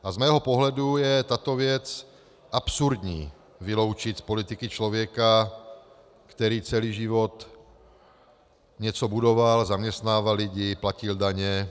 A z mého pohledu je tato věc absurdní: vyloučit z politiky člověka, který celý život něco budoval, zaměstnával lidi, platil daně.